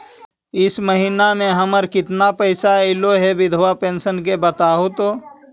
इ महिना मे हमर केतना पैसा ऐले हे बिधबा पेंसन के बताहु तो?